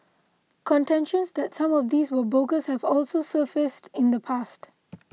contentions that some of these were bogus have also surfaced in the past